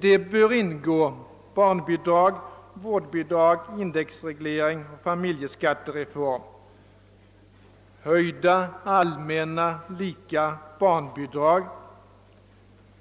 Där bör ingå barnbidrag, vårdbidrag, indexreglering och familjeskattereform, höjda allmänna och lika barnbidrag,